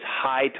high